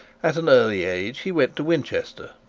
at an early age he went to winchester,